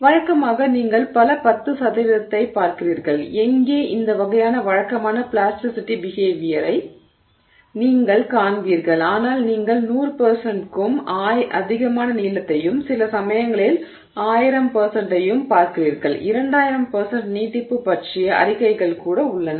வழக்கமாக நீங்கள் பல பத்து சதவிகிதத்தைப் பார்க்கிறீர்கள் எங்கே இந்த வகையான வழக்கமான பிளாஸ்டிசிட்டி பிஹேவியரை நீங்கள் காண்பீர்கள் ஆனால் நீங்கள் 100 க்கும் அதிகமான நீளத்தையும் சில சமயங்களில் 1000 ஐயும் பார்க்கிறீர்கள் 2000 நீட்டிப்பு பற்றிய அறிக்கைகள் கூட உள்ளன